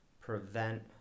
prevent